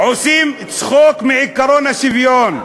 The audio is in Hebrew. עושים צחוק מעקרון השוויון,